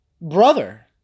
brother